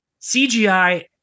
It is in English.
CGI